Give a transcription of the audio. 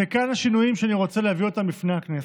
וכאן השינויים שאני רוצה להביא בפני הכנסת: